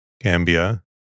Gambia